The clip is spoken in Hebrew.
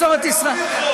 גם היום הוא יכול.